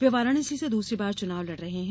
वे वाराणसी से दूसरी बार चुनाव लड़ रहे हैं